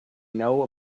know